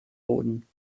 boden